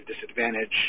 disadvantage